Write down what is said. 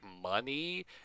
money